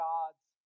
God's